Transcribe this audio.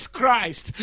Christ